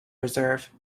reserve